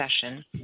session